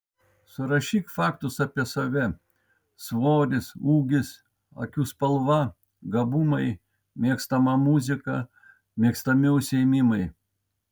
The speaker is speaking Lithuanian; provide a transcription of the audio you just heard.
surašyk faktus apie save svoris ūgis akių spalva gabumai mėgstama muzika mėgstami užsiėmimai